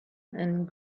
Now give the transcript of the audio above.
and